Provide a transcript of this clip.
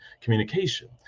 communication